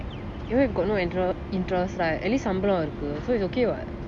even if got no inter~ interest like at least சம்பளம் இருக்கு:sambalam iruku so it's okay [what]